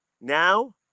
Now